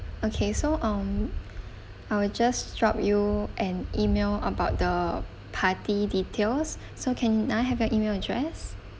okay so um I will just drop you an E-mail about the party details so can I have your E-mail address